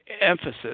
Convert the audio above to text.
emphasis